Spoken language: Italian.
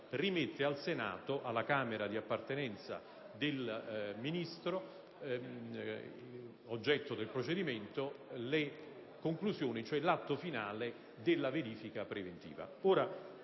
rimette alla Camera di appartenenza del Ministro oggetto del procedimento le conclusioni e dunque l'atto finale della verifica preventiva.